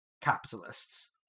capitalists